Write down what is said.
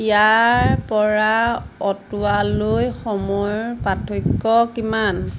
ইয়াৰপৰা অটোৱালৈ সময়ৰ পাৰ্থক্য কিমান